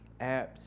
apps